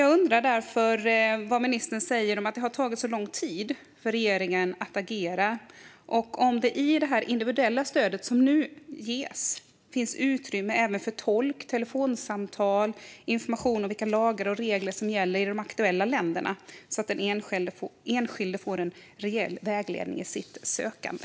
Jag undrar därför vad ministern säger om att det har tagit så lång tid för regeringen att agera. Finns det i det individuella stöd som nu ges utrymme för tolk, telefonsamtal och information om vilka lagar och regler som gäller i de aktuella länderna, så att den enskilde kan få reell vägledning i sitt sökande?